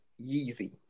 Yeezy